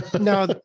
No